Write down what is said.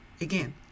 Again